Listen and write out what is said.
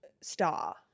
star